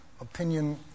opinion